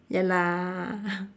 ya lah